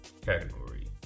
category